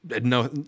No